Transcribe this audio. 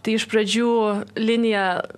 tai iš pradžių linija